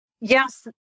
Yes